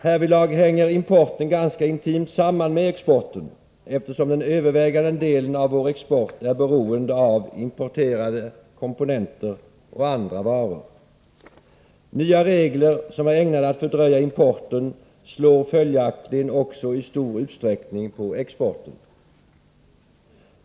Därvidlag hänger importen ganska intimt samman med exporten, eftersom den övervägande delen av vår export är beroende av importerade komponenter och andra varor. Nya regler som är ägnade att fördröja importen slår följaktligen också i stor utsträckning på exporten.